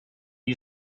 you